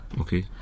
okay